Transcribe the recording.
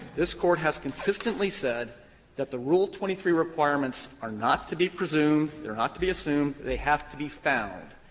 this court has consistently said that the rule twenty three requirements are not to be presumed, they're not to be assumed, they have to be found.